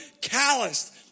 calloused